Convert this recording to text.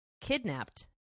kidnapped